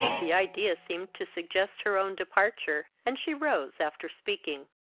the idea seemed to suggest her own departure, and she rose after speaking.